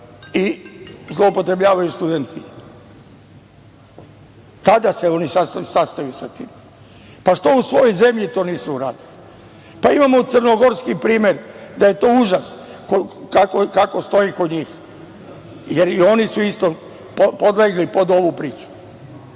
i zloupotrebljavaju studenti, tada se oni sastaju sa tim. Pa, što u svojoj zemlji to nisu uradili? Pa, imamo crnogorski primer da je to užas kako stoji kod njih, jer i oni su isto podlegli pod ovu priču,